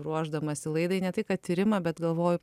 ruošdamasi laidai ne tai kad tyrimą bet galvoju